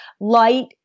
light